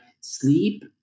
sleep